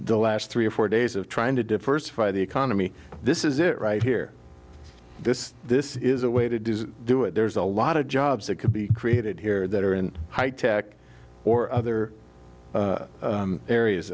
the last three or four days of trying to diversify the economy this is it right here this is this is a way to do do it there's a lot of jobs that could be created here that are in high tech or other